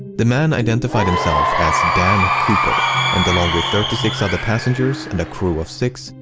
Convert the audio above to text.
the man identified himself as dan cooper and, along with thirty six other passengers and a crew of six,